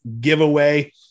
giveaway